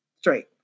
straight